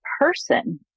person